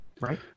right